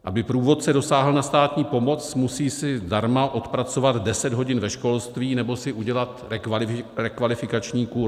Aby průvodce dosáhl na státní pomoc, musí si zdarma odpracovat deset hodin ve školství nebo si udělat rekvalifikační kurz.